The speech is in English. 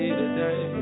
today